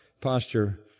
posture